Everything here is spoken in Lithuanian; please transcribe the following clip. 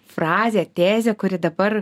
frazę tezę kuri dabar